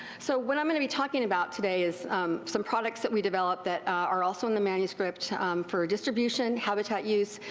so what iim going to be talking about today is some products that we developed that are also in the manuscript for distribution, habitat use,